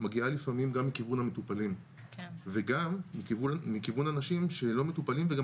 מגיעה לפעמים גם מכיוון המטופלים וגם מכיוון אנשים שלא מטופלים וגם